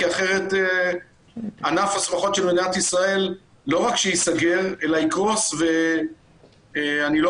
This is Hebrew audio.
כי אחרת ענף השמחות של מדינת ישראל לא רק ייסגר אלא יקרוס ואני לא